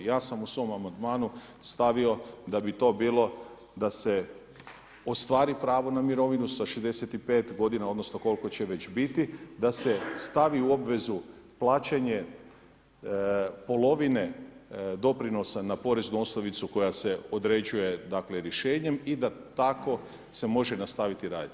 Ja sam u svom amandmanu stavio da bi to bilo da se ostvari pravo na mirovinu sa 65 godina odnosno koliko će već biti, da se stavi u obvezu plaćanje polovine doprinosa na poreznu osnovicu koja se određuje dakle rješenjem i da tako se može nastaviti raditi.